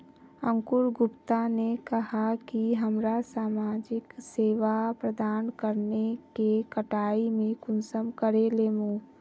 अंकूर गुप्ता ने कहाँ की हमरा समाजिक सेवा प्रदान करने के कटाई में कुंसम करे लेमु?